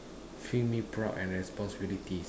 feel me proud and responsibilities